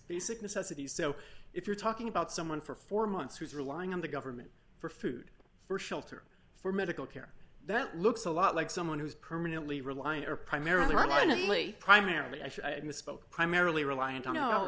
basic necessities so if you're talking about someone for four months who is relying on the government for food for shelter for medical care that looks a lot like someone who's permanently rely on or primarily lightly primarily i misspoke primarily reliant on no